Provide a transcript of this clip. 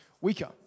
weaker